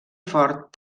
fort